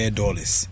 dollars